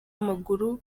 w’amaguru